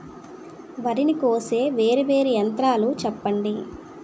వరి ని కోసే వేరా వేరా యంత్రాలు చెప్పండి?